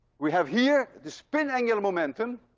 we have here the spin angular momentum